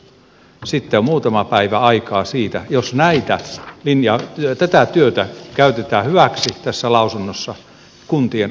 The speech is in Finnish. sitten on muutama päivä aikaa siitä jos tätä työtä käytetään hyväksi tässä lausunnossa kuntien ottaa tämä huomioon